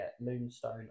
Moonstone